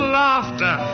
laughter